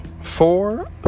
four